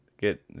get